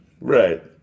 Right